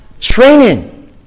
training